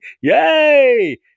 Yay